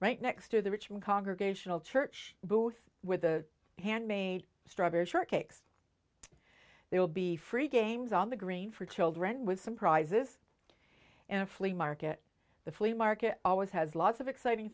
right next to the richmond congregational church booth with a handmade strawberry shortcake there will be free games on the green for children with some prizes in a flea market the flea market always has lots of exciting